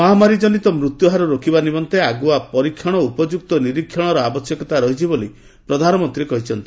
ମହାମାରୀଜନିତ ମୃତ୍ୟୁହାର ରୋକିବା ନିମନ୍ତେ ଆଗୁଆ ପରୀକ୍ଷଣ ଓ ଉପଯୁକ୍ତ ନିରୀକ୍ଷଣର ଆବଶ୍ୟକତା ରହିଛି ବୋଲି ପ୍ରଧାନମନ୍ତ୍ରୀ କହିଛନ୍ତି